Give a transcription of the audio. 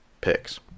picks